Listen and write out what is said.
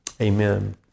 Amen